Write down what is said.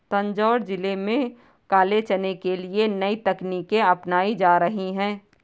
तंजौर जिले में काले चने के लिए नई तकनीकें अपनाई जा रही हैं